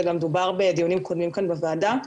זה גם דובר בדיונים קודמים כאן בוועדה.